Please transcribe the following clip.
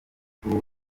mukuru